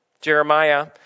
Jeremiah